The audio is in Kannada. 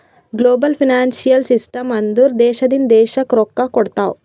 ಗ್ಲೋಬಲ್ ಫೈನಾನ್ಸಿಯಲ್ ಸಿಸ್ಟಮ್ ಅಂದುರ್ ದೇಶದಿಂದ್ ದೇಶಕ್ಕ್ ರೊಕ್ಕಾ ಕೊಡ್ತಾವ್